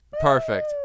Perfect